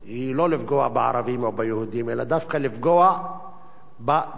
אלא דווקא לפגוע בדו-קיום שמתקיים ביישוב הזה.